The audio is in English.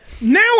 now